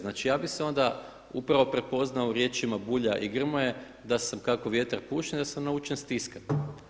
Znači, ja bih se onda upravo prepoznao u riječima Bulja i Grmoje da sam kako vjetar puše da sam naučen stiskati.